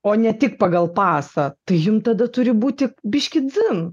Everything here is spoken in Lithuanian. o ne tik pagal pasą tai jum tada turi būti biškį dzin